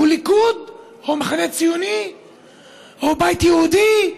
הוא הליכוד או המחנה הציוני או הבית היהודי.